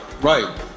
right